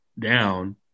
down